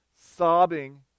sobbing